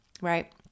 right